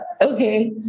okay